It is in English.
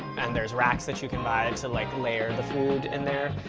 and there's racks that you can buy to like, layer the food in there.